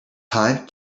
time